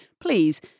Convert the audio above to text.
please